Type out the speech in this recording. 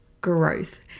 growth